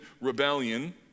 rebellion